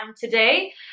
today